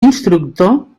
instructor